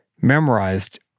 memorized